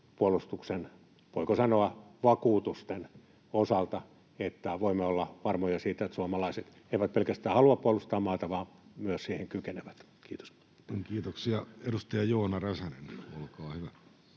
puolustuksen, voiko sanoa, vakuutusten osalta, että voimme olla varmoja siitä, että suomalaiset eivät pelkästään halua puolustaa maata vaan myös siihen kykenevät. — Kiitos. Kiitoksia. — Edustaja Joona Räsänen, olkaa hyvä.